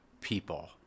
people